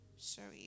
sorry